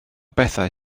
bethau